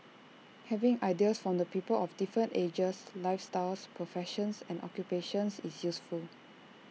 having ideas from the people of different ages lifestyles professions and occupations is useful